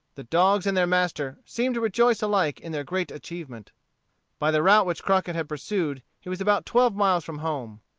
the dogs and their master seemed to rejoice alike in their great achievement by the route which crockett had pursued, he was about twelve miles from home.